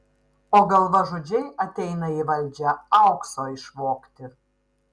o galvažudžiai ateina į valdžią aukso išvogti